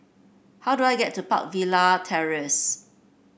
how do I get to Park Villa Terrace